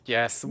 Yes